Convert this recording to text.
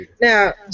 Now